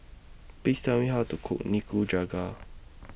Please Tell Me How to Cook Nikujaga